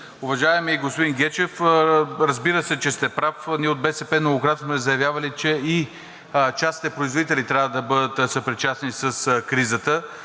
Уважаеми господин Гечев, разбира се, че сте прав. Ние от БСП многократно сме заявявали, че и частните производители трябва да бъдат съпричастни с кризата,